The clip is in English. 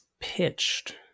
pitched